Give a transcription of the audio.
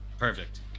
Perfect